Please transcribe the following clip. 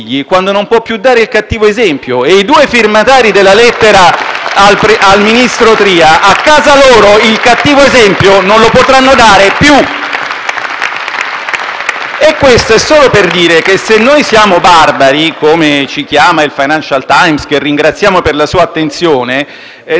al ministro Tria a casa loro il cattivo esempio non lo potranno dare più. *(Applausi dai Gruppi L-SP-PSd'Az e M5S).* Questo solo per dire che se noi siamo barbari, come si chiama il «Financial Times», che ringraziamo per la sua attenzione, non è perché in Italia ci sia stata un'epidemia di populismo, è solo perché la democrazia